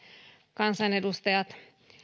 kansanedustajat